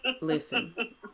Listen